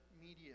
media